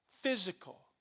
physical